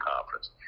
Conference